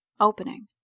opening